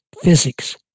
physics